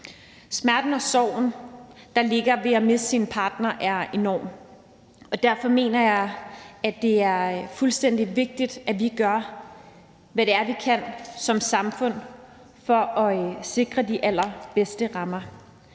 Smerten og sorgen, der ligger i at miste sin partner, er enorm, og derfor mener jeg også, at det er fuldstændig vigtigt, at vi gør, hvad vi kan som samfund for at sikre de allerbedste rammer.